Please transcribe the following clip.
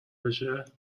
بشه